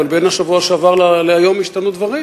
אבל בין השבוע שעבר להיום השתנו דברים.